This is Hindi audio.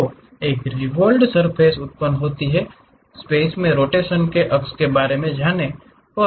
तो एक रिवोल्व्ड़ सर्फ़ेस उत्पन्न होती है स्पेस मे रोटेशन के अक्ष के बारे में जाने पर